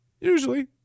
usually